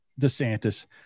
DeSantis